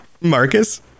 Marcus